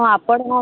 ହଁ ଆପଣ